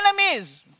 enemies